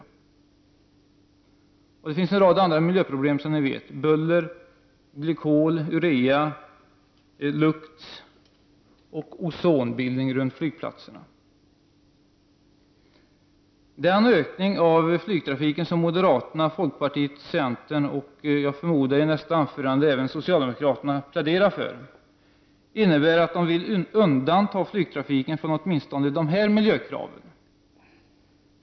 Det finns, som ni vet, en rad andra miljöproblem: buller, glykol, urea, lukt och ozonbildning runt flygplatserna. Den ökning av flygtrafiken som moderaterna, folkpartiet och centern har talat för och som, förmodar jag, även socialdemokraterna i nästa anförande kommer att plädera för, innebär att de vill undanta flygtrafiken från åtminstone de här miljökraven.